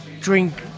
Drink